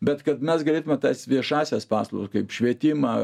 bet kad mes galėtume tas viešąsias paslaugas kaip švietimą